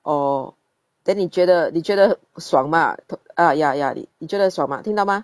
oh then 你觉得你觉得爽 mah to~ ah ya ya 你觉得爽 mah 听到 mah